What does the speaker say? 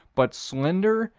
but slender,